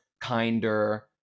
kinder